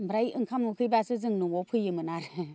ओमफ्राय ओंखाम उखैब्लासो जों न'आव फैयोमोन आरो